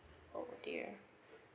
oh dear